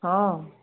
ହଁ